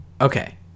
okay